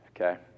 Okay